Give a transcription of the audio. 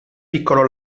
piccolo